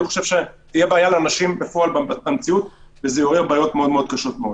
אני חושב שתהיה בעיה לאנשים במציאות וזה יעורר בעיות קשות מאוד.